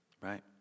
Right